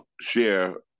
share